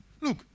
look